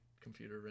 computer